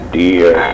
dear